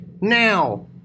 Now